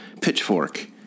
Pitchfork